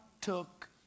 took